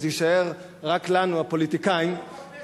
אז יישאר רק לנו, הפוליטיקאים, בכנסת.